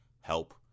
help